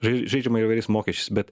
žai žaidžiama įvairiais mokesčiais bet